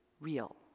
real